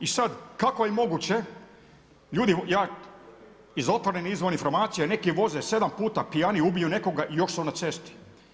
I sada kako je moguće, ljudi ja iz otvorenih izvora informacija, neki voze 7 puta pijaniji i ubiju nekoga i još su na cesti.